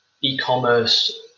e-commerce